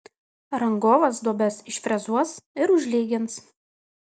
rangovas duobes išfrezuos ir užlygins